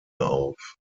auf